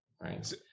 right